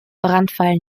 brandfall